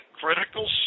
critical